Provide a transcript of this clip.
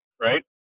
right